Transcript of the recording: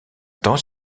temps